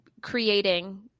creating